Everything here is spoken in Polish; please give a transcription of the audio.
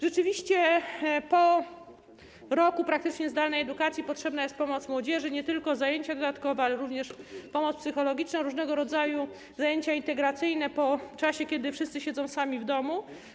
Rzeczywiście po praktycznie roku zdalnej edukacji potrzebna jest pomoc młodzieży, nie tylko jeśli chodzi o zajęcia dodatkowe, ale również o pomoc psychologiczną, różnego rodzaju zajęcia integracyjne po czasie, kiedy wszyscy siedzą sami w domu.